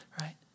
right